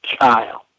child